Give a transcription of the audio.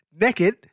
naked